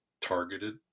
targeted